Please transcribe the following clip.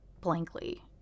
blankly